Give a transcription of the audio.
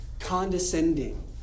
condescending